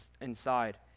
inside